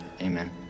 amen